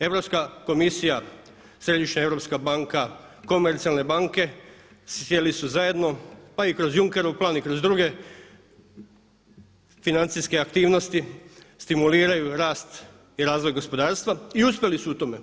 Europska komisija, Središnja europska banka, komercijalne banke sjeli su zajedno pa i kroz Junckerov plan i kroz druge financijske aktivnosti stimuliraju rast i razvoj gospodarstva i uspjeli su u tome.